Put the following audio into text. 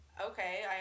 okay